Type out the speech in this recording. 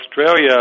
Australia